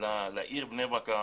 לעיר בני ברק,